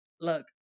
look